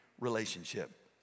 relationship